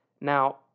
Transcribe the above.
Now